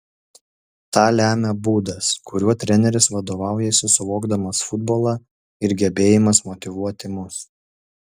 tą lemia būdas kuriuo treneris vadovaujasi suvokdamas futbolą ir gebėjimas motyvuoti mus